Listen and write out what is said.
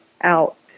out